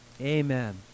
Amen